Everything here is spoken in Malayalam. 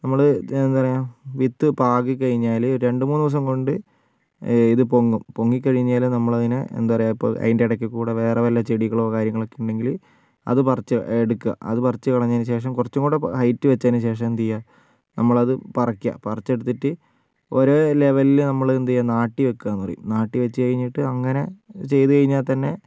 നമ്മൾ എന്താ പറയുക വിത്ത് പാകിക്കഴിഞ്ഞാൽ രണ്ട് മൂന്ന് ദിവസം കൊണ്ട് ഇത് പൊങ്ങും പൊങ്ങി കഴിഞ്ഞാൽ നമ്മൾ അതിനെ എന്താ പറയുക ഇപ്പം അതിൻ്റെ ഇടയ്ക്ക് കൂടി വേറെ വല്ല ചെടികളോ കാര്യങ്ങളൊക്കെ ഉണ്ടെങ്കിൽ അത് പറിച്ച് എടുക്കുക അത് പറിച്ച് കളഞ്ഞതിന് ശേഷം കുറച്ചും കൂടി ഹൈറ്റ് വച്ചതിന് ശേഷം എന്ത് ചെയ്യുക നമ്മൾ അത് പറിക്കുക പറിച്ചെടുത്തിട്ട് ഒരേ ലെവലിൽ നമ്മൾ എന്ത് ചെയ്യുക നാട്ടി വയ്ക്കുകയെന്ന് പറയും നാട്ടി വച്ച് കഴിഞ്ഞിട്ട് അങ്ങനെ ചെയ്ത് കഴിഞ്ഞാൽ തന്നെ